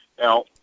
Now